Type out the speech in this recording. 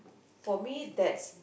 for me that's